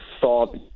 thought